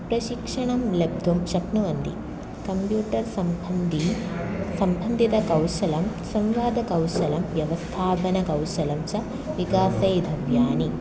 प्रशिक्षणं लब्धुं शक्नुवन्ति कम्प्यूटर् सम्बन्धि संबन्धितकौशलं संवादकौशलं व्यवस्थापनकौशलं च विकासयति